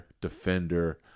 defender